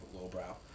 lowbrow